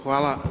Hvala.